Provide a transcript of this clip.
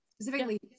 specifically